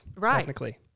technically